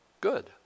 good